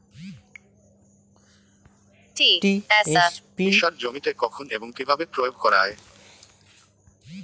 TSP সার জমিতে কখন এবং কিভাবে প্রয়োগ করা য়ায়?